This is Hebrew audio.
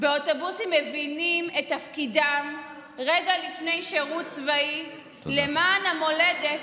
מבינים את תפקידם רגע לפני שירות צבאי למען המולדת,